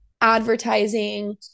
advertising